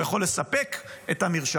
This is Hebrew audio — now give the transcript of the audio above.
והוא יכול לספק את המרשם,